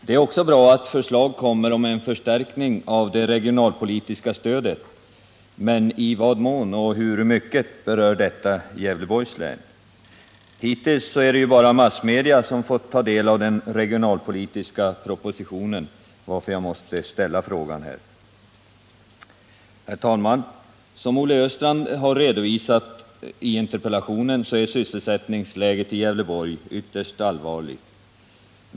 Det är också bra att förslag kommer om en förstärkning av det regionalpolitiska stödet, men i vad mån och hur mycket berör detta Gävleborgs län? Hittills är det ju bara massmedia som fått ta del av den regionalpolitiska propositionen, varför jag måste ställa frågan här. Herr talman! Som Olle Östrand har redovisat i interpellationen är sysselsättningsläget i Gävleborgs län ytterst allvarligt.